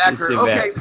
Okay